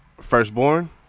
Firstborn